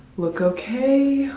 look okay.